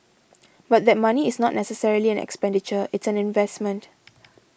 but that money is not necessarily an expenditure it's an investment